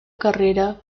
carrera